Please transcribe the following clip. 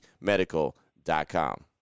medical.com